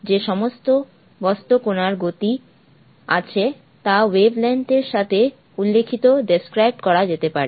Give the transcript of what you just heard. যে সমস্ত বস্তু কণার গতি আছে তা ওয়েভলেংথ এর সাথে উল্লিখিত করা যেতে পারে